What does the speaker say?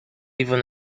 even